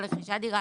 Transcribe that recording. לא לרכישת דירה,